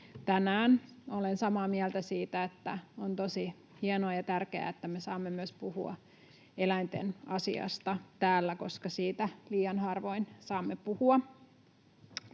tänään. Olen samaa mieltä siitä, että on tosi hienoa ja tärkeää, että me saamme myös puhua eläinten asiasta täällä, koska siitä liian harvoin saamme puhua.